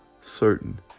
certain